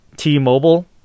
T-Mobile